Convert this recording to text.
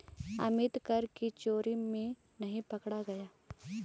अमित कर की चोरी में नहीं पकड़ा गया